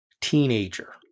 teenager